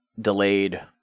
delayed